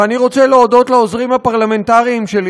ואני רוצה להודות לעוזרים הפרלמנטריים שלי.